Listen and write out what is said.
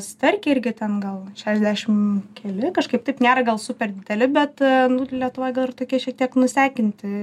starkiai irgi ten gal šešiasdešim keli kažkaip taip nėra gal super dideli bet lietuvoj gal ir tokie šiek tiek nusekinti